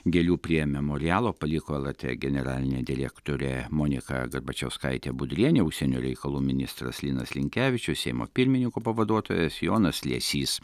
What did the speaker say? gėlių prie memorialo paliko lrt generalinė direktorė monika garbačiauskaitė budrienė užsienio reikalų ministras linas linkevičius seimo pirmininko pavaduotojas jonas liesys